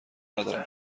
ندارم